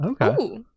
Okay